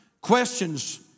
questions